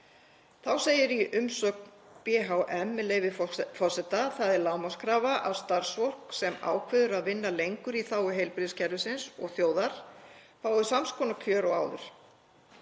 Þá segir í umsögn BHM, með leyfi forseta: „Það er lágmarkskrafa að starfsfólk sem ákveður að vinna lengur í þágu heilbrigðiskerfis og þjóðar fái sams konar kjör og áður.